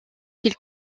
qu’il